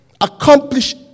accomplish